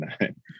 nine